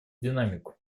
динамику